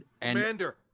Commander